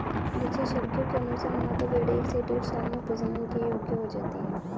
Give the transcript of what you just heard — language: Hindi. विशेषज्ञों के अनुसार, मादा भेंड़ एक से डेढ़ साल में प्रजनन के योग्य हो जाती है